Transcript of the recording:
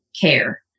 care